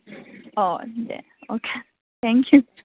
अ दे okay thank you